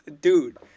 Dude